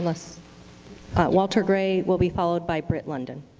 unless walter gray will be followed by britt london.